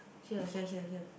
here here here here